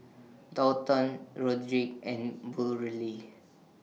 Daulton Rodrick and Burley